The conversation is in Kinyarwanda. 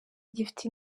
gifite